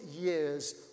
years